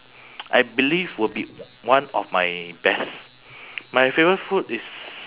I believe will be one of my best my favourite food is